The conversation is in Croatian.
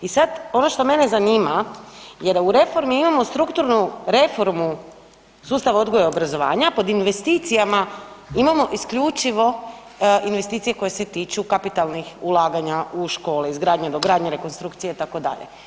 I sad ono što mene zanima je da u reformi imamo strukturnu reformu sustava odgoja i obrazovanja, pod investicijama imamo isključivo investicije koje se tiču kapitalnih ulaganja u škole, izgradnja i dogradnja, rekonstrukcije itd.